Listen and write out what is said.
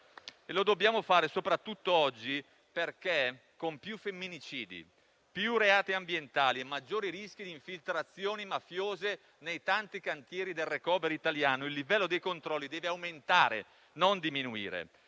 Lo dobbiamo fare soprattutto oggi perché, con più femminicidi, reati ambientali e maggiori rischi di infiltrazione mafiosa nei tanti cantieri del *Recovery* italiano, il livello dei controlli deve aumentare e non diminuire.